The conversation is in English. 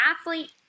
athlete